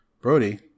Brody